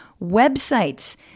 Websites